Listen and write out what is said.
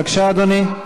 בבקשה, אדוני.